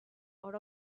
out